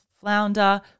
flounder